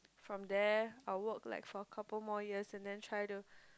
from there I will work like for a couple more years and then try to